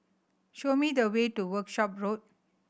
show me the way to Workshop Road